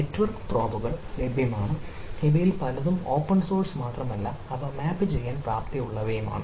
network പ്രോബുകൾ ലഭ്യമാണ് അവയിൽ പലതും ഓപ്പൺ സോഴ്സാണ് മാത്രമല്ല അവ മാപ്പ് ചെയ്യാൻ പ്രാപ്തിയുള്ളവയുമാണ്